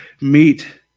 meet